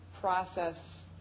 process